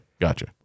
Gotcha